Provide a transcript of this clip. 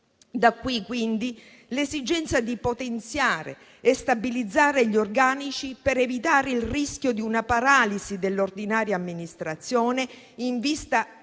Da qui, quindi, l'esigenza di potenziare e stabilizzare gli organici, per evitare il rischio di una paralisi dell'ordinaria amministrazione, in vista